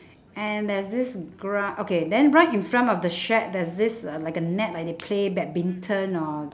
and there's this gra~ okay then right in front of the shack there's this uh like a net like they play badminton or